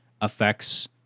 affects